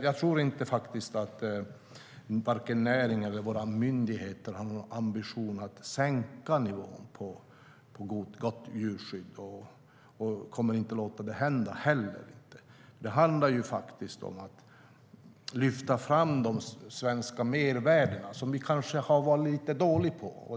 Jag tror faktiskt inte att varken näringen eller våra myndigheter har någon ambition att sänka nivån när det gäller gott djurskydd, och man kommer inte heller att låta det hända. Det handlar ju om att lyfta fram de svenska mervärdena, vilket vi kanske har varit lite dåliga på.